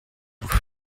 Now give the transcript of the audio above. with